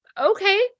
okay